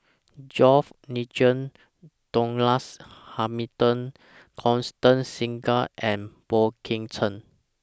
George Nigel Douglas Hamilton Constance Singam and Boey Kim Cheng